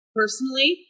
personally